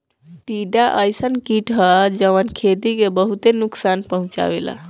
टिड्डा अइसन कीट ह जवन खेती के बहुते नुकसान पहुंचावेला